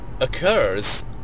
occurs